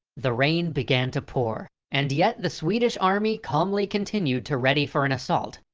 the rain began to pour and yet the swedish army calmly continued to ready for an assault.